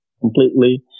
completely